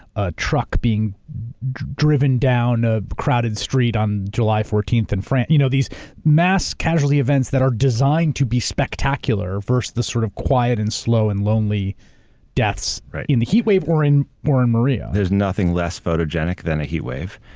a truck being driven down a crowded street on july fourteenth in france, you know these mass casualty events that are designed to be spectacular verse the sort of quiet and slow and lonely deaths in the heat wave or in or in maria. there's nothing less photogenic than a heat wave,